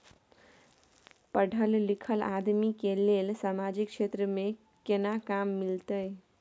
पढल लीखल आदमी के लेल सामाजिक क्षेत्र में केना काम मिलते?